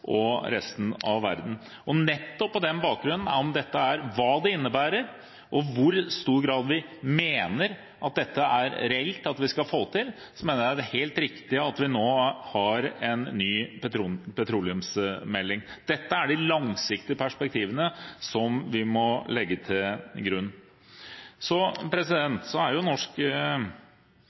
for resten av verden. Og nettopp på den bakgrunn, om det er dette det innebærer, og i hvor stor grad vi mener at dette er reelt å få til, mener jeg det er riktig at vi nå får en ny petroleumsmelding. Dette er de langsiktige perspektivene som vi må legge til grunn. Den norske diskusjonen om oljepolitikk handler jo egentlig i stor grad om fire deler. Det ene er